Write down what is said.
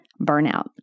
burnout